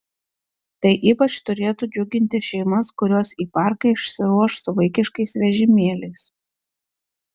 tai ypač turėtų džiuginti šeimas kurios į parką išsiruoš su vaikiškais vežimėliais